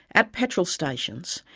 at petrol stations,